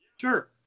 Sure